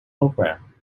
program